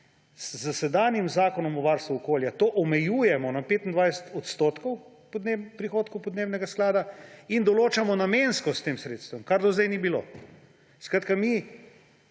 S sedanjim zakonom o varstvu okolja to omejujemo na 25 % prihodkov podnebnega sklada in določamo namenskost tem sredstvom, kar do sedaj ni bilo. Skratka, mi